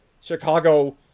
Chicago